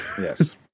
Yes